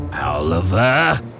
Oliver